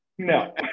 No